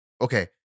okay